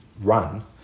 run